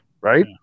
right